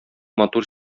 матур